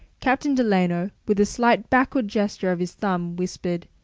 captain delano, with a slight backward gesture of his thumb, whispered,